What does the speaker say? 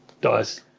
Dies